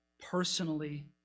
personally